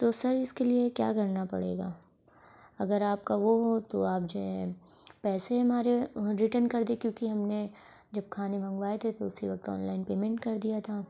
تو سر اس کے لیے کیا کرنا پڑے گا اگر آپ کا وہ ہو تو آپ جو ہے پیسے ہمارے ریٹرن کر دیں کیونکہ ہم نے جب کھانے منگوائے تھے تو اسی وقت آن لائن پیمینٹ کر دیا تھا